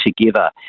together